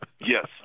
Yes